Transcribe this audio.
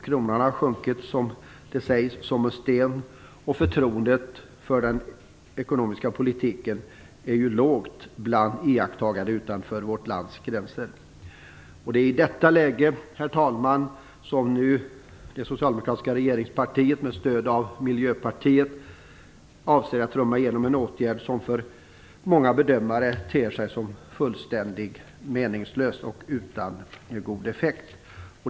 Kronan har sjunkit som en sten, sägs det, och förtroendet för den ekonomiska politiken är ju lågt bland iakttagare utanför vårt lands gränser. Det är i detta läge som det socialdemokratiska regeringspartiet med stöd av Miljöpartiet avser att trumma igenom en åtgärd som för många bedömare ter sig som fullständigt meningslös och utan god effekt.